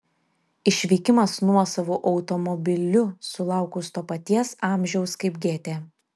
išvykimas nuosavu automobiliu sulaukus to paties amžiaus kaip gėtė